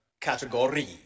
Category